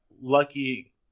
Lucky